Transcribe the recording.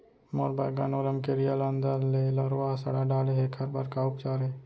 मोर बैगन अऊ रमकेरिया ल अंदर से लरवा ह सड़ा डाले हे, एखर बर का उपचार हे?